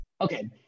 Okay